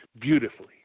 beautifully